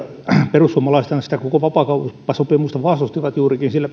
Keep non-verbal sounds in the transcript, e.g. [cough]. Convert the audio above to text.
perussuomalaisethan sitä koko vapaakauppasopimusta vastustivat juurikin sillä [unintelligible]